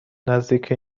نزدیک